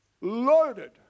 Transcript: loaded